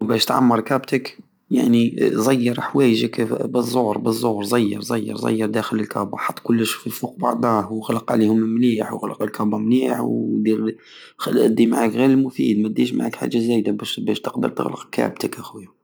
بش تعمر كابتك يعني صير حواجك بزور بزور صير صير صير داخل الكابة حط كلش فوق بعضاه وغلق عليهم مليح وغلق الكابة مليه ودير- ودي معاك غير المفيد ومديش معاك حاجة زايدة بش تقدر تغلق كابتك اخويا